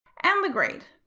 and the grade.